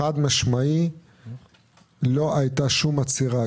חד-משמעית לא היתה שום עצירה.